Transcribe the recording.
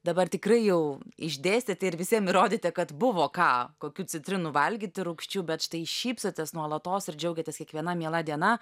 dabar tikrai jau išdėstėte ir visiem įrodėte kad buvo ką kokių citrinų valgyti rūgščių bet štai šypsotės nuolatos ir džiaugiatės kiekviena miela diena